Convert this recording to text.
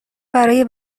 برای